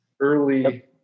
Early